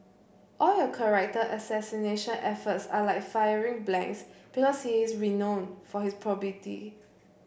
all your character assassination efforts are like firing blanks because he is renown for his probity